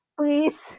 Please